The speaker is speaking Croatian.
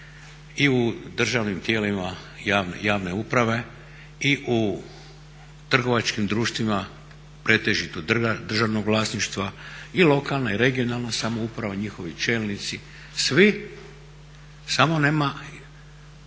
i u državnim tijelima javne uprave, i u trgovačkim društvima pretežito državnog vlasništva, i lokalna i regionalna samouprave, njihovi čelnici, svi samo nema